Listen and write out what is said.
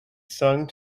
sung